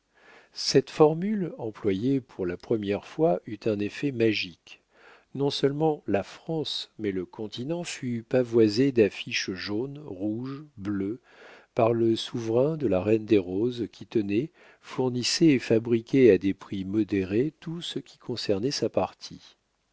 cette formule employée pour la première fois eut un effet magique non-seulement la france mais le continent fut pavoisé d'affiches jaunes rouges bleues par le souverain de la reine des roses qui tenait fournissait et fabriquait à des prix modérés tout ce qui concernait sa partie